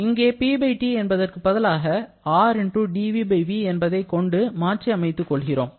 இங்கே 'PT' என்பதற்கு பதிலாக 'R dvv' என்பதைக் கொண்டு மாற்றி அமைத்துக் கொள்கிறோம்